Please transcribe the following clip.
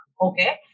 Okay